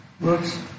looks